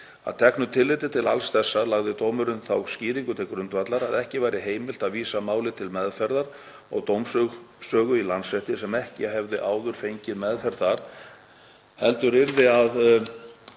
Að teknu tilliti til alls þessa lagði dómurinn þá skýringu til grundvallar að ekki væri heimilt að vísa máli til meðferðar og dómsuppsögu í Landsrétti sem ekki hefði áður fengið meðferð þar heldur yrði að